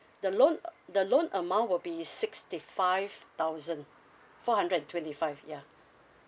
the loan uh the loan amount will be sixty five thousand four hundred and twenty five ya